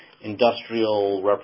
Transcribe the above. industrial